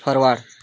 forward